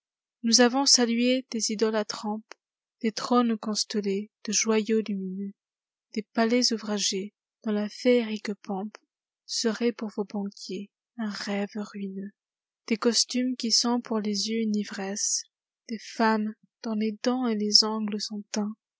nous avons salué des idoles à trompe des trônes constellés de joyaux lumineux des palais ouvragés dont la féerique pompeserait pour vos banquiers un rêve ruineux des costumes qui sont pour les yeux une ivresse des femmes dont les dents et les ongles sont teints